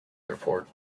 airport